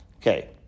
Okay